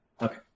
Okay